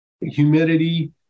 humidity